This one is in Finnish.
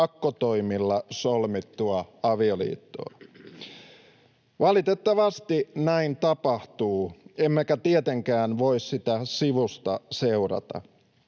pakkotoimilla solmittua avioliittoa. Valitettavasti näin tapahtuu, emmekä tietenkään voi sitä sivusta seurata.